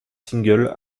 singles